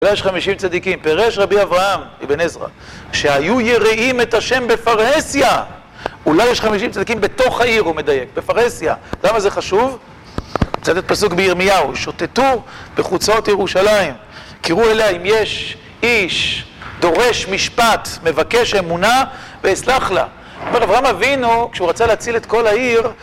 אולי יש חמישים צדיקים, פרש רבי אברהם, אבן עזרא, שהיו יראים את השם בפרהסיה, אולי יש חמישים צדיקים בתוך העיר, הוא מדייק, בפרהסיה. למה זה חשוב? מצטט את הפסוק בירמיהו, שוטטו בחוצות ירושלים, קראו אליה אם יש איש דורש משפט, מבקש אמונה, ואסלח לה. אומר אברהם אבינו, כשהוא רצה להציל את כל העיר,